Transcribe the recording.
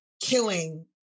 killing